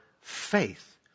faith